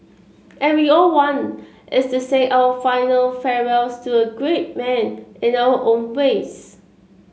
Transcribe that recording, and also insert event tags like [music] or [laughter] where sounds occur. and we all one [unintelligible] to say our final farewells to a great man in our own ways